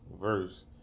verse